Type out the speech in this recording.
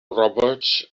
roberts